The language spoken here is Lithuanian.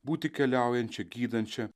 būti keliaujančia gydančia